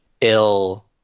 ill